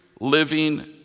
living